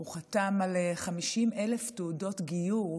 הוא חתם על 50,000 תעודות גיור.